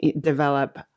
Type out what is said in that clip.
develop